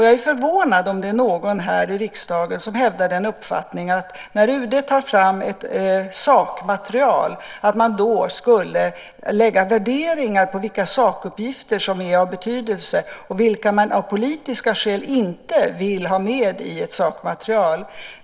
Jag är förvånad om det finns någon här i riksdagen som hävdar uppfattningen att när UD tar fram ett sakmaterial så skulle man lägga värderingar på vilka sakuppgifter som är av betydelse och vilka man av politiska skäl inte vill ha med i sakmaterialet.